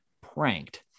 pranked